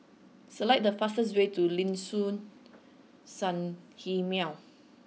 select the fastest way to Liuxun Sanhemiao